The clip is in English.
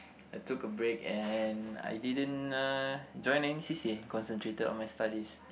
I took a break and I didn't uh join any c_c_a concentrated on my studies